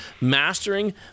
mastering